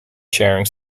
sharing